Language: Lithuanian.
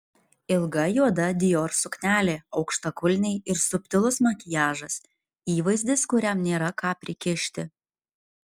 ilga juoda dior suknelė aukštakulniai ir subtilus makiažas įvaizdis kuriam nėra ką prikišti